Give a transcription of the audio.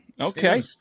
Okay